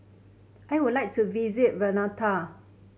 I would like to visit Vanuatu